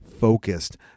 focused